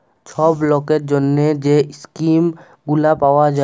ছব লকের জ্যনহে যে ইস্কিম গুলা পাউয়া যায়